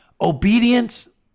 obedience